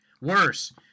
Worse